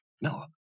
no